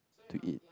to eat